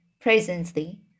presently